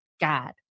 God